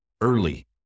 early